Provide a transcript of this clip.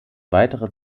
weitere